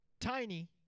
tiny